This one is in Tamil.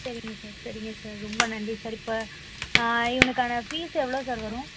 சரிங்க சார் சரிங்க சார் ரொம்ப நன்றி சார் இப்போ இவனுக்கான ஃபீஸு எவ்வளோ சார் வரும்